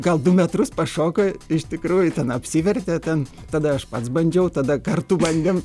gal du metrus pašoko iš tikrųjų ten apsivertė ten tada aš pats bandžiau tada kartu bandėm